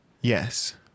Yes